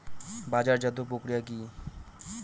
বাজারজাতও প্রক্রিয়া কি?